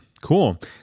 cool